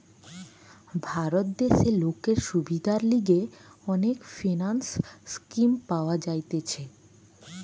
ভারত দেশে লোকের সুবিধার লিগে অনেক ফিন্যান্স স্কিম পাওয়া যাইতেছে